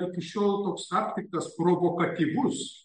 iki šiol toks aptiktas provokatyvus